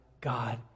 God